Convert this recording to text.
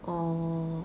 orh